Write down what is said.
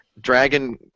Dragon